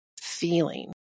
feeling